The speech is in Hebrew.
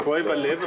כואב הלב,